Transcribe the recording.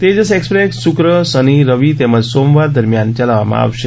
Tejas Express શુક્ર શનિ રવિ તેમજ સોમવાર દરમિયાન ચાલશે